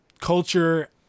culture